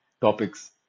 topics